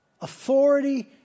authority